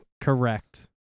Correct